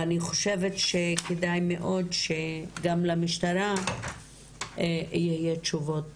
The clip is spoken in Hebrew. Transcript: אני חושבת שכדאי מאוד שגם למשטרה יהיו תשובות